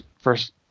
first